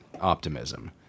optimism